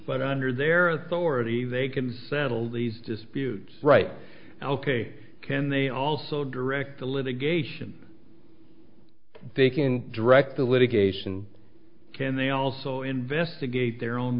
but under their authority they can settle these disputes right now ok can they also direct the litigation they can direct the litigation can they also investigate their own